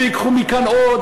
וייקחו מכאן עוד,